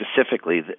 specifically